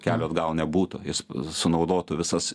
kelio atgal nebūtų jis sunaudotų visas